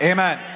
Amen